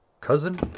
Cousin